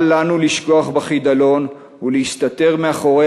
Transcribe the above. אל לנו לשקוע בחידלון ולהסתתר מאחורי